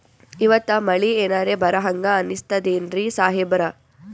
ಇವತ್ತ ಮಳಿ ಎನರೆ ಬರಹಂಗ ಅನಿಸ್ತದೆನ್ರಿ ಸಾಹೇಬರ?